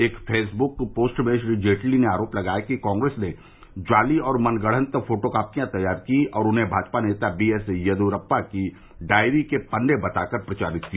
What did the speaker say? एक Facebook post में श्री जेटली ने आरोप लगाया कि कांग्रेस ने जाली और मनगढ़त फोटो कॉपियां तैयार की और उन्हें भाजपा नेता बी एस येदियुरप्पा की डायरी के पन्ने बताकर प्रचारित किया